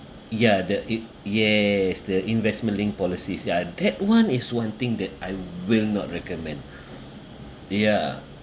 ya the it yes the investment linked policies ya that one is one thing that I will not recommend ya